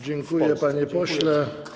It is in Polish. Dziękuję, panie pośle.